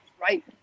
right